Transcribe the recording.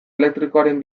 elektrikoaren